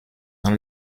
dans